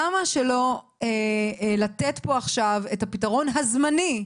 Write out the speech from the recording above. למה שלא לתת פה עכשיו את הפתרון הזמני,